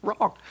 Wrong